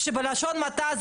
זה